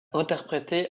interpréter